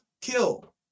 Kill